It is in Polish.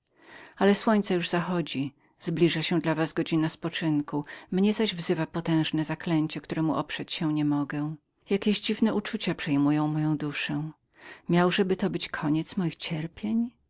ale słońce już zachodzi zbliża się dla was godzina spoczynku mnie zaś wzywa potężne zaklęcie któremu oprzeć się nie mogę jakieś dziwne uczucia przejmują moją duszę miałżeby to być koniec moich cierpień